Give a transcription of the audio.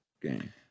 game